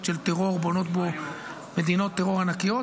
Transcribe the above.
של טרור בונות בו מדינות טרור ענקיות,